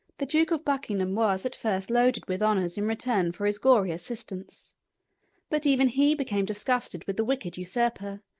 the duke of buckingham was at first loaded with honors in return for his gory assistance but even he became disgusted with the wicked usurper,